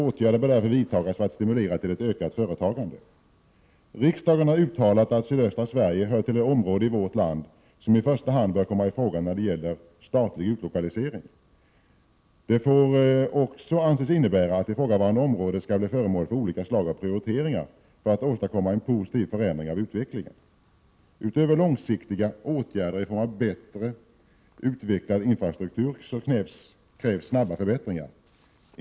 Åtgärder bör därför vidtas för att stimulera till ett ökat företagande. Riksdagen har uttalat att sydöstra Sverige hör till det område i vårt land som i första hand bör komma i fråga när det gäller statlig utlokalisering. Det får väl också anses innebära att ifrågavarande område skall bli föremål för olika slag av prioriteringar för åstadkommande av en positiv förändring av utvecklingen. Utöver långsiktiga åtgärder i form av bättre utvecklad infrastruktur krävs snabba förbättringar.